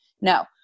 no